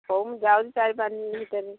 ହେଉ ମୁଁ ଯାଉଛି ଚାରି ପାଞ୍ଚ ଦିନ ଭିତରେ